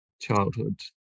childhood